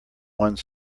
one